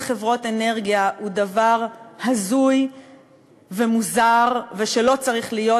חברות אנרגיה הוא דבר הזוי ומוזר ולא צריך להיות,